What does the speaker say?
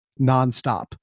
nonstop